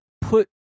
put